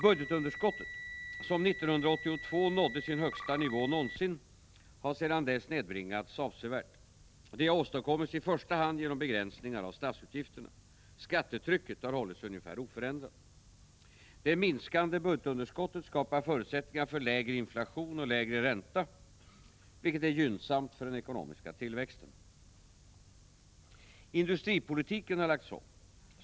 Budgetunderskottet, som 1982 nådde sin högsta nivå någonsin, har sedan dess nedbringats avsevärt. Detta har åstadkommits i första hand genom begränsningar av statsutgifterna. Skattetrycket har hållits ungefär oförändrat. Det minskande budgetunderskottet skapar förutsättningar för lägre inflation och lägre ränta, vilket är gynnsamt för den ekonomiska tillväxten. Industripolitiken har lagts om.